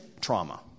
Trauma